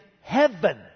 heaven